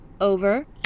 Over